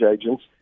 agents